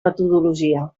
metodologia